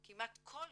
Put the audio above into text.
כמעט כל יום,